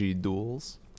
duels